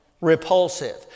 repulsive